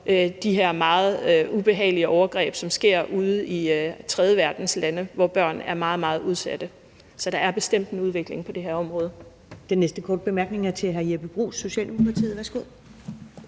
de her meget ubehagelige overgreb, som sker ude i tredjeverdenslande, hvor børn er meget, meget udsatte. Så der er bestemt en udvikling på det her område.